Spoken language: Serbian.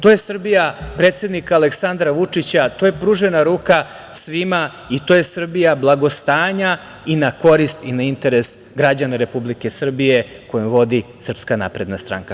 To je Srbija predsednika Aleksandra Vučića, to je pružena ruka svima i to je Srbija blagostanja i na korist i na interes građana Republike Srbije koju vodi SNS.